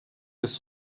des